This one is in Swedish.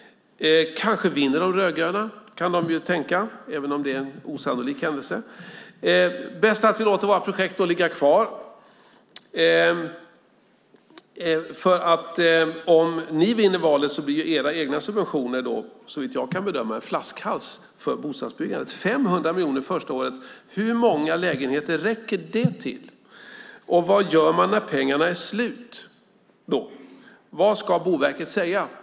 Kanske vinner De rödgröna, kan de ju tänka, även om det är en osannolik händelse. Bäst att vi låter våra projekt ligga kvar. Om ni vinner valet blir era egna subventioner, såvitt jag kan bedöma, en flaskhals för bostadsbyggandet. Hur många längenheter räcker 500 miljoner det första året till? Vad gör man när pengarna är slut? Vad ska Boverket säga?